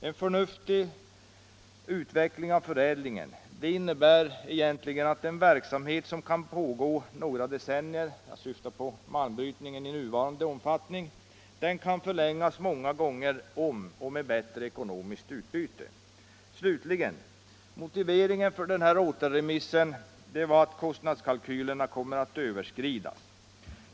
En förnuftig utveckling av förädlingen innebär att en verksamhet som kan pågå några decennier — jag syftar då på en malmbrytning av nuvarande omfattning — kan förlängas många gånger om och med bättre ekonomiskt utbyte. Slutligen var motiveringen för denna återremiss att kostnadskalkylerna kommer att överskridas.